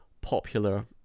popular